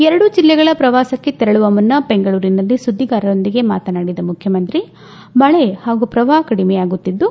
ಎರಡು ಜಿಲ್ಲೆಗಳ ಪ್ರವಾಸಕ್ಕೆ ತೆರಳುವ ಮುನ್ನ ಬೆಂಗಳೂರಿನಲ್ಲಿ ಸುದ್ದಿಗಾರರೊಂದಿಗೆ ಮಾತನಾಡಿದ ಮುಖ್ಯಮಂತ್ರಿ ಮಳೆ ಹಾಗೂ ಪ್ರವಾಪ ಕಡಿಮೆಯಾಗುತ್ತಿದ್ದು